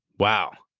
wow.